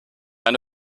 eine